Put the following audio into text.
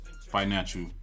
Financial